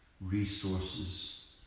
resources